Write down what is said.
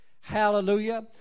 Hallelujah